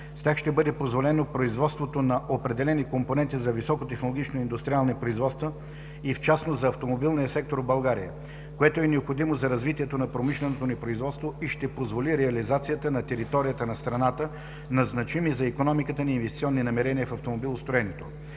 С тях ще бъде позволено производството на определени компоненти за високотехнологични индустриални производства и в частност за автомобилния сектор в България, което е необходимо за развитието на промишленото ни производство и ще позволи реализацията на територията на страната на значими за икономиката ни инвестиционни намерения в автомобилостроенето,